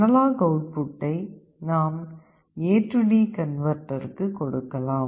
analogue அவுட்புட்டை நாம் AD கன்வெர்ட்டர்க்கு கொடுக்கலாம்